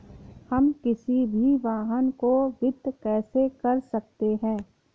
हम किसी भी वाहन को वित्त कैसे कर सकते हैं?